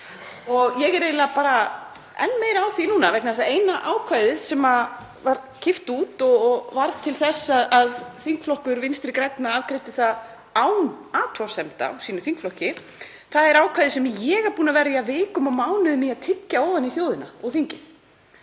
til í þetta. Ég er enn meira á því núna, vegna þess að eina ákvæðið sem var kippt út og varð til þess að þingflokkur Vinstri grænna afgreiddi það án athugasemda úr sínum þingflokki er ákvæði sem ég er búin að verja vikum og mánuðum í að tyggja ofan í þjóðina og þingið.